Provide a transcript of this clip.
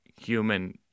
human